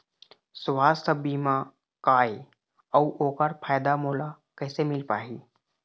सुवास्थ बीमा का ए अउ ओकर फायदा मोला कैसे मिल पाही?